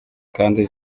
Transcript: kandi